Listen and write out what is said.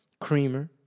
creamer